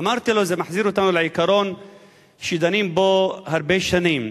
אמרתי לו: זה מחזיר אותנו לעיקרון שדנים בו הרבה שנים.